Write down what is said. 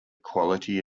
quality